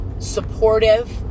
Supportive